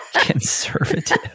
conservative